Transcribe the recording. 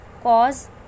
cause